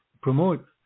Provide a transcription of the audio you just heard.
promote